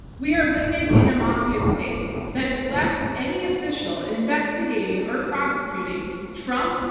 we are living in a mafia state that has left any official investigating or prosecuting trump,